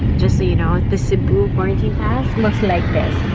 just so you know, the cebu quarantine pass looks like this